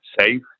safe